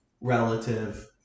relative